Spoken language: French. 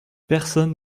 personne